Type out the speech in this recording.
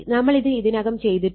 നമ്മൾ ഇത് ഇതിനകം ചെയ്തിട്ടുണ്ട്